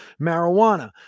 marijuana